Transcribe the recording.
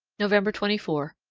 november twenty four.